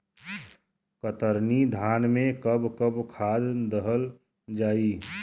कतरनी धान में कब कब खाद दहल जाई?